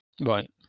Right